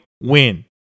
win